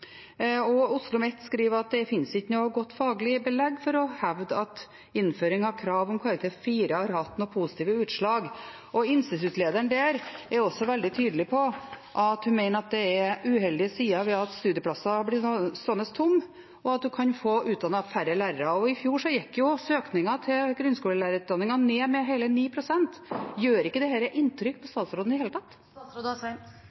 skriver at det «ikke er et godt faglig belegg for å hevde at innføringen av krav om karakteren 4 i matematikk har hatt positive utslag». Instituttlederen der er også veldig tydelig på at hun mener det er uheldige sider ved at studieplasser blir stående tomme, og at en kan få utdannet færre lærere. I fjor gikk jo søkningen til grunnskolelærerutdanningen ned med hele 9 pst. Gjør ikke dette inntrykk på